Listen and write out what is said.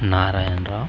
Narayana Rao